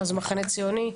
אז 'המחנה הציוני'.